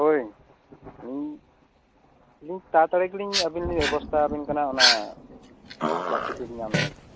ᱦᱳᱭ ᱛᱟᱲᱟ ᱛᱟᱲᱤ ᱜᱮ ᱟᱹᱵᱤᱱ ᱞᱤᱧ ᱵᱮᱵᱚᱥᱛᱟ ᱟᱹᱵᱤᱱ ᱠᱟᱱᱟ ᱚᱱᱟ ᱥᱟᱨᱴᱤᱯᱷᱤᱠᱮᱹᱴ ᱧᱟᱢ ᱞᱟᱹᱜᱤᱫ